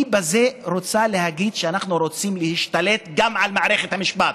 בזה היא רוצה להגיד: אנחנו רוצים להשתלט גם על מערכת המשפט.